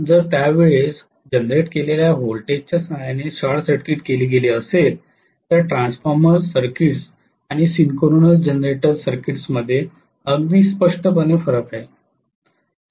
जर त्या वेळेस जनरेट केलेल्या व्होल्टेजच्या सहाय्याने शॉर्ट सर्किट केले गेले असेल तर ट्रान्सफॉर्मर्स सर्किट्स आणि सिंक्रोनस जनरेटर सर्किट्समध्ये अगदी स्पष्टपणे फरक आहे